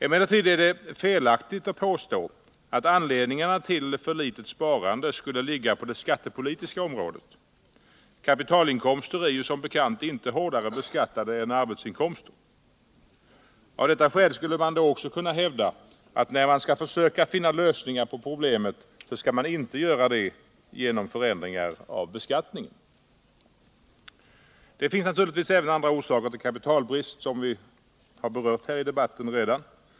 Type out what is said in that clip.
Emellertid är det felaktigt att påstå att anledningarna till för litet sparande skulle ligga på det skattepolitiska området. Kapitalinkomster är ju som bekant inte hårdare beskattade än arbetsinkomster. Av detta skäl skulle man då också kunna hävda att när man skall försöka finna lösningar på problemet så skall man inte göra det genom förändringar av beskattningen. Det finns naturligtvis även andra orsaker till kapitalbrist.